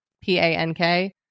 P-A-N-K